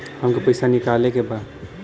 हमके पैसा निकाले के बा